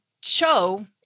show